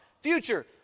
future